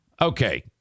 okay